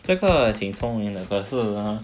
这个挺聪明的可是呢